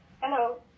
Hello